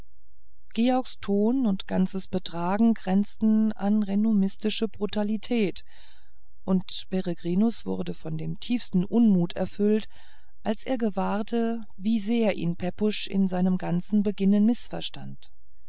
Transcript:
georges ton und ganzes betragen grenzte an renommistische brutalität und peregrinus wurde von dem tiefsten unmut erfüllt als er gewahrte wie sehr ihn pepusch in seinem ganzen beginnen mißverstanden